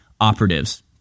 operatives